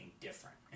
different